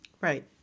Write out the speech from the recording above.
Right